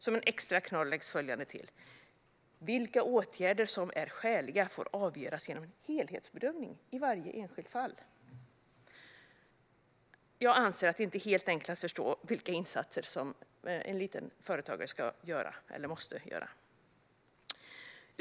Som en extra knorr läggs följande till: "Vilka åtgärder som är skäliga får avgöras genom en helhetsbedömning i varje enskilt fall." Jag anser att det inte är helt enkelt att förstå vilka insatser som en företagare måste eller bör göra.